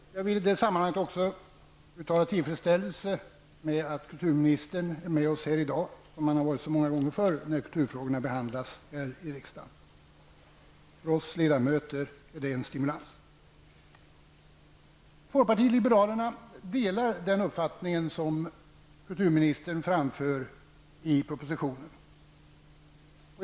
Jag vill i det sammanhanget uttala tillfredsställelse över att kulturministern är med oss här i dag, som han har varit så många gånger förr, när kulturfrågorna behandlas i riksdagen. För oss ledamöter är det en stimulans. Folkpatiet liberalerna delar den uppfattning som kulturministern framför i propositionen.